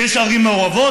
ויש ערים מעורבות,